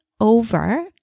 over